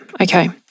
okay